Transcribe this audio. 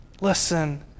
Listen